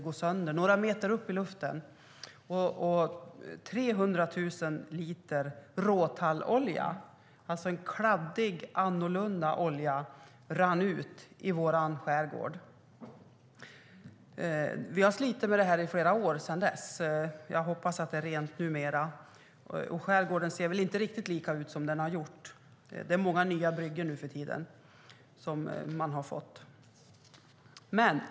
Det skedde några meter upp i luften. 300 000 liter råtallolja - en kladdig annorlunda olja - rann ut i vår skärgård. Vi har slitit med detta i flera år. Jag hoppas att det är numera är rent. Skärgården ser väl inte riktigt lika ut som den gjorde tidigare. Det är många nya bryggor nu för tiden.